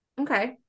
Okay